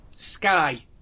Sky